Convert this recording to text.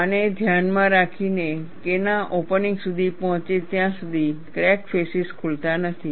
આને ધ્યાનમાં રાખીને K ના ઓપનિંગ સુધી પહોંચે ત્યાં સુધી ક્રેક ફેસિસ ખુલતા નથી